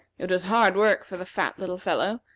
it was hard work for the fat little fellow,